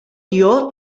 tió